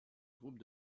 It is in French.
groupe